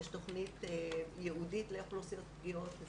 יש תוכנית ייעודית לאוכלוסיות פגיעות.